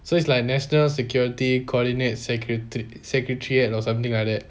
so it's like national security coordinate secretary secretary or something like that